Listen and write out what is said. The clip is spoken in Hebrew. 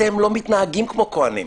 אתם לא מתנהגים כמו כהנים.